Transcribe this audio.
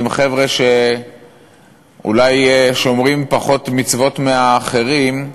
עם חבר'ה שאולי שומרים פחות מצוות מאחרים,